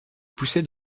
pousser